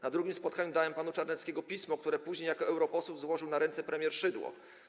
Na drugim spotkaniu dałem panu Czarneckiemu pismo, które później jako europoseł złożył na ręce premier Szydło.